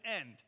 end